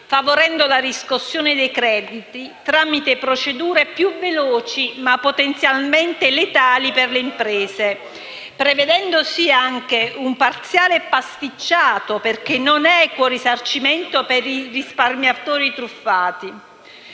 promuovendo la riscossione dei crediti tramite procedure più veloci, ma potenzialmente letali per le imprese, prevedendo anche un parziale pasticcio, perché non è equo il risarcimento per i risparmiatori truffati.